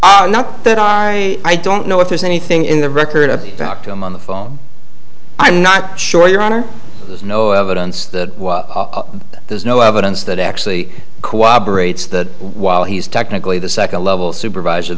i'm not that i i don't know if there's anything in the record of octomom on the phone i'm not sure your honor there's no evidence that there's no evidence that actually cooperates that while he's technically the second level supervisor